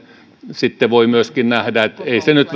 sitten voi myöskin nähdä että ei se nyt